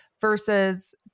versus